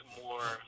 more